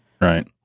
right